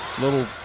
Little